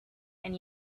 and